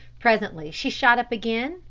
presently she shot up again,